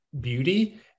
beauty